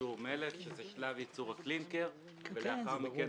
בייצור מלט, שזה שלב ייצור הקלינקר ולאחר מכן